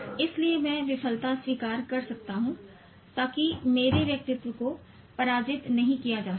इसलिए मैं विफलता स्वीकार कर सकता हूं ताकि मेरे व्यक्तित्व को पराजित नहीं किया जा सके